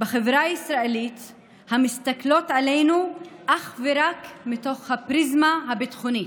בחברה הישראלית המסתכלות עלינו אך ורק דרך הפריזמה הביטחונית.